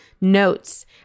notes